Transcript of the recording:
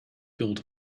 built